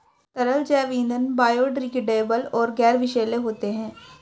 तरल जैव ईंधन बायोडिग्रेडेबल और गैर विषैले होते हैं